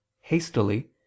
hastily